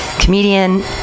comedian